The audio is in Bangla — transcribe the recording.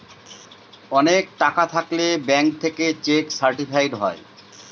অনেক টাকা থাকলে ব্যাঙ্ক থেকে চেক সার্টিফাইড হয়